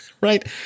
Right